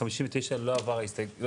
0 ההסתייגות לא התקבלה.